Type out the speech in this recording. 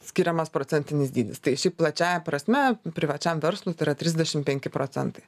skiriamas procentinis dydis tai šiaip plačiąja prasme privačiam verslui tai yra trisdešim penki procentai